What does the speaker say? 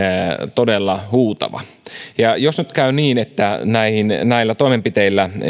todella huutava jos nyt käy niin että näillä toimenpiteillä